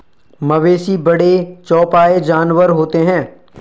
मवेशी बड़े चौपाई जानवर होते हैं